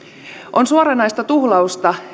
on suoranaista tuhlausta